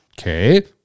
Okay